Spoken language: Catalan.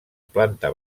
planta